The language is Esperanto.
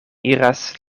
iras